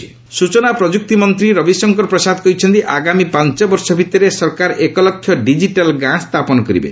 ରବିଶଙ୍କର ସୂଚନା ଓ ପ୍ରଯୁକ୍ତି ମନ୍ତ୍ରୀ ରବିଶଙ୍କର ପ୍ରସାଦ କହିଛନ୍ତି ଆଗାମୀ ପାଞ୍ଚ ବର୍ଷ ଭିତରେ ସରକାର ଏକ ଲକ୍ଷ ଡିକିଟାଲ୍ ଗାଁ ସ୍ଥାପନ କରିବେ